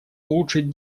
улучшить